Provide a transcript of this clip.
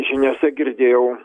žiniose girdėjau